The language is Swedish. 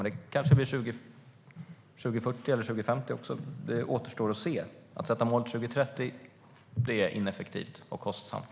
Men det blir kanske 2040 eller 2050 - det återstår att se. Att sätta målet till 2030 är ineffektivt och kostsamt.